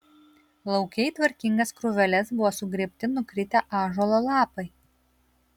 lauke į tvarkingas krūveles buvo sugrėbti nukritę ąžuolo lapai